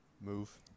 Move